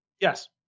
Yes